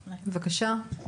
בבקשה.